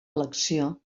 elecció